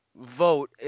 vote